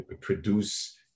produce